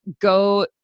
go